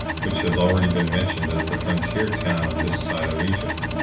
which has already been mentioned as the frontier town on this side of egypt.